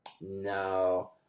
No